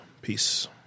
Peace